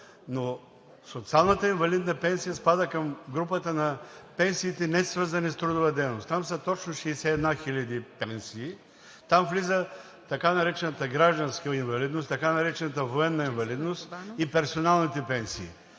Социалната инвалидна пенсия спада към групата на пенсиите, несвързани с трудова дейност. Там са точно 61 хиляди пенсии, там влиза така наречената гражданска инвалидност, така наречената военна инвалидност и персоналните пенсии.